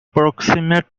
approximate